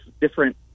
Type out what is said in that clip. different